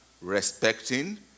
respecting